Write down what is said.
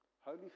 holy